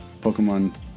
Pokemon